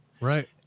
Right